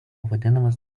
vadinamas